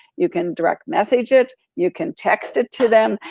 you can direct message it, you can text it to them.